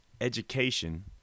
education